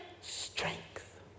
strength